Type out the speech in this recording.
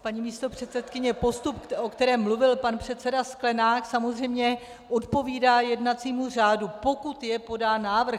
Paní místopředsedkyně, postup, o kterém mluvil pan předseda Sklenák, samozřejmě odpovídá jednacímu řádu, pokud je podán návrh.